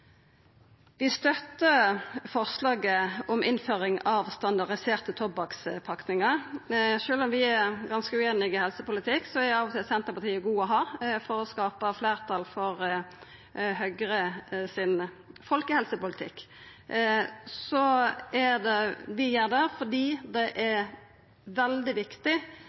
Vi støttar forslaget om innføring av standardiserte tobakkspakningar. Sjølv om vi er ganske ueinige i helsepolitikk, er Senterpartiet av og til gode å ha for å skapa fleirtal for Høgres folkehelsepolitikk. Vi gjer det fordi det er veldig viktig